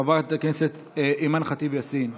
חברת הכנסת אימאן ח'טיב יאסין,